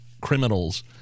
criminals